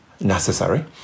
necessary